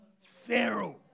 Pharaoh